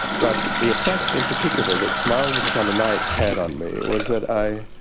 but the effect in particular that smiles of a summer night had on me was that i